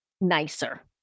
nicer